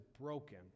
broken